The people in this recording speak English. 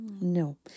No